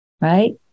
right